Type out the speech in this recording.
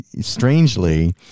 strangely